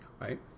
Right